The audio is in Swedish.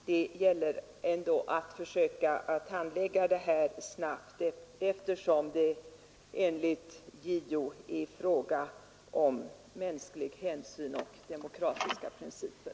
Det gäller nu att handlägga frågan snabbt, så att mänsklig hänsyn och demokratiska principer blir avgörande vid bedömning av obduktion.